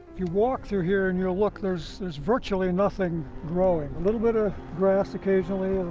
you walk through here and you look, there's there's virtually nothing growing. a little bit of grass occasionally.